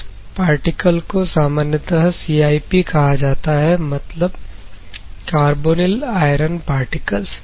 इस आर्टिकल को सामान्यतः CIP कहा जाता है मतलब कार्बोनेल आयरन पार्टिकल्स